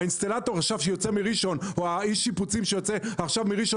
האינסטלטור שיוצא מראשון או איש השיפוצים שיוצא מראשון